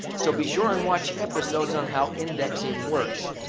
so, be sure and watch episodes on how indexing works.